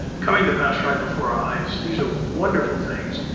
coming to pass right before our eyes. these are, wonderful things,